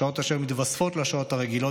השעות אשר מתווספות לשעות הרגילות